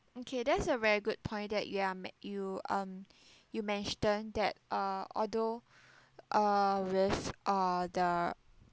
okay that's a very good point that you are make you um you mentioned that uh although a risk or the